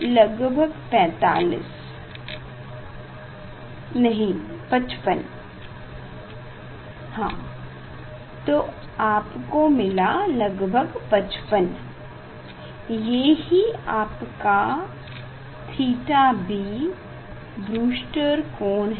लगभग 45 नहीं 55 तो आपको मिला लगभग 55 ये ही आपका θB है